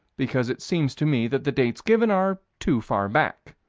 because it seems to me that the dates given are too far back.